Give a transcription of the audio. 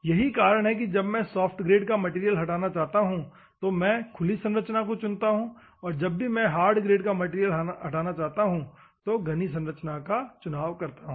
यही कारण है कि जब मैं सॉफ्ट ग्रेड का मैटेरियल हटाना चाहता हूं तो मैं खुली संरचना को चुनता हूं और जब भी मैं हार्ड ग्रेड का मैटेरियल हटाना चाहता हूं तो घनी संरचना को चुनता हूं